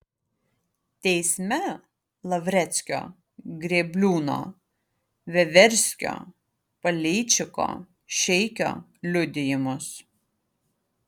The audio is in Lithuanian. teisme lavreckio grėbliūno veverskio paleičiko šeikio liudijimus